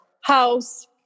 house